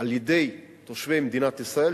על-ידי תושבי מדינת ישראל,